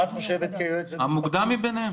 המוקדם מביניהם.